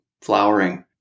flowering